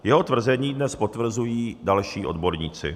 Jeho tvrzení dnes potvrzují další odborníci.